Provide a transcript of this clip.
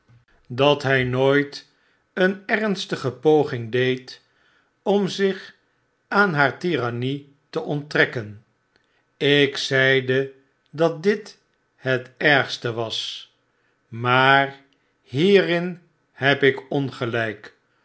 dat hij nooit een ernstige poging deed om zich aan haar tirannie te onttrekken ik zeide dat dit het ergste was maar hierin heb ik ongelyk